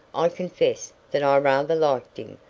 i confess that i rather liked him.